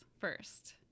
first